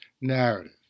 narrative